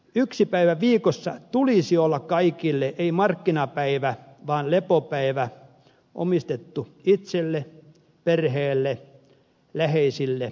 yhden päivän viikossa tulisi olla kaikille ei markkinapäivä vaan lepopäivä omistettu itselle perheelle läheisille yhdessäololle